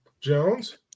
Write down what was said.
Jones